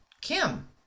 Kim